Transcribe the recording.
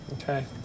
Okay